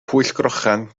pwllcrochan